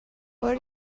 where